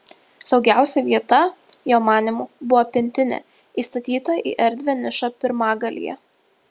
saugiausia vieta jo manymu buvo pintinė įstatyta į erdvią nišą pirmagalyje